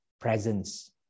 presence